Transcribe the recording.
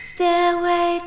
Stairway